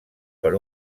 per